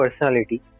personality